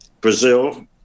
Brazil